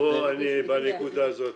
בנקודה הזאת